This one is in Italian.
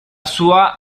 sua